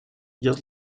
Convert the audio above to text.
just